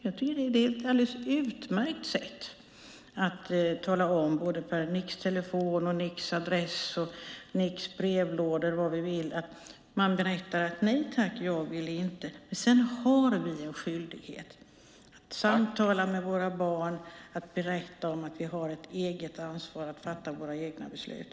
Jag tycker att det är ett alldeles utmärkt sätt att tala om per Nix-Telefon, Nix adresserat, Nixbrevlådor och vad vi vill att man inte vill ha det och tackar nej. Sedan har vi en skyldighet att samtala med våra barn och berätta att vi alla har ett eget ansvar att fatta våra egna beslut.